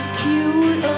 cute